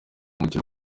umukino